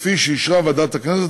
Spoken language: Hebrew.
כפי שאישרה ועדת הכנסת,